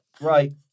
Right